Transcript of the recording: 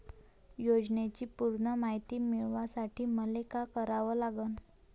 योजनेची पूर्ण मायती मिळवासाठी मले का करावं लागन?